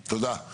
תודה.